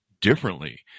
differently